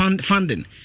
funding